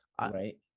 right